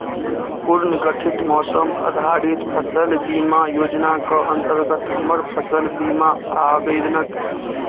पूर्ण गठित मौसम आधारित फसल बीमा योजनाके अन्तर्गत हमर फसल बीमा आवेदनक